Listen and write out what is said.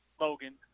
Logan